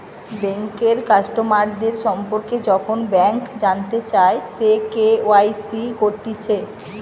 বেঙ্কের কাস্টমারদের সম্পর্কে যখন ব্যাংক জানতে চায়, সে কে.ওয়াই.সি করতিছে